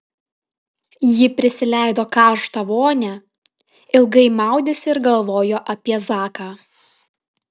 ji prisileido karštą vonią ilgai maudėsi ir galvojo apie zaką